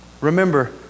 Remember